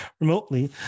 remotely